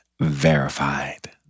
Verified